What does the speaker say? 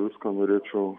viską norėčiau